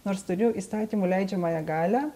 nors turiu įstatymų leidžiamąją galią